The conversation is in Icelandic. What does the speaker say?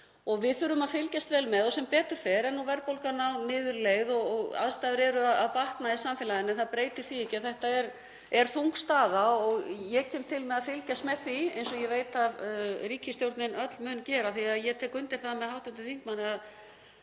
Við þurfum að fylgjast vel með. Sem betur fer er verðbólgan á niðurleið og aðstæður eru að batna í samfélaginu. En það breytir því ekki að þetta er þung staða og ég kem til með að fylgjast með því, eins og ég veit að ríkisstjórnin öll mun gera. Ég tek undir það með hv. þingmanni að